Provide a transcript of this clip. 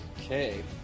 okay